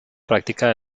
práctica